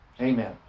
Amen